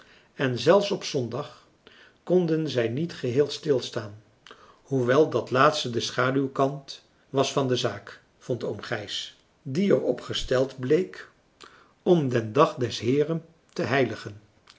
en zelfs op zondag konden zij niet geheel stilstaan hoewel dat laatste de schaduwkant was van de zaak vond oom gijs die er op gesteld bleek om den dag des heeren te heiligen